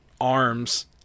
arms